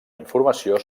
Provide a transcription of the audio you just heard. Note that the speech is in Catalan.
informació